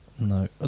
No